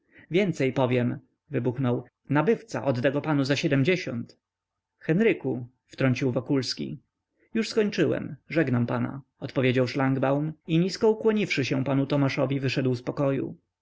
więcej powiem wybuchnął nabywca odda go panu za siedmdziesiąt henryku wtrącił wokulski już skończyłem żegnam pana odpowiedział szlangbaum i nisko ukłoniwszy się panu tomaszowi wyszedł z pokoju